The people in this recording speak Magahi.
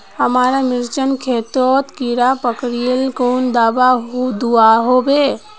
हमार मिर्चन खेतोत कीड़ा पकरिले कुन दाबा दुआहोबे?